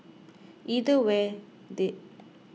either way there